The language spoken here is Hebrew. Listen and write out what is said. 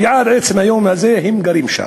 ועד עצם היום הזה הם גרים שם.